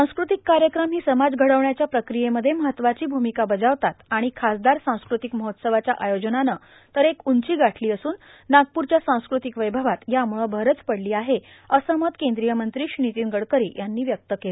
सांस्कृतिक कार्यक्रम ही समाज घडविण्याच्या प्रक्रियेमध्ये महत्त्वाची भूमिका बजावतात आणि खासदार सांस्कृतिक महोत्सवाच्या आयोजनानं तर एक उंची गाठली असून नागपूरच्या सांस्कृतिक वैभवात यामुळं भरच पडली आहे असं मत केंद्रीय मंत्री नितीन गडकरी यांनी व्यक्त केलं